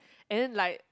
and then like